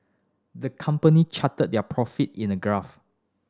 the company charted their profit in a graph